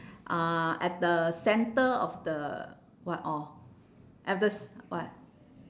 uh at the centre of the what orh at the what